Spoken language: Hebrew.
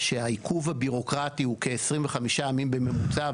שהעיכוב הבירוקרטי הוא כ-25 ימים בממוצע,